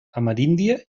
ameríndia